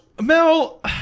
Mel